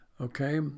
Okay